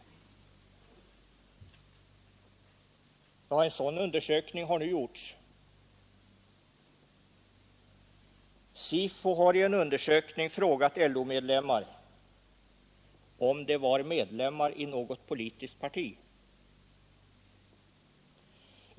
En sådan undersökning har nu gjorts. SIFO har i en undersökning frågat LO-medlemmar om de är medlemmar i något politiskt parti.